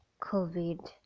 COVID